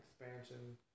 expansion